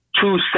two